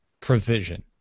provision